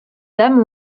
dame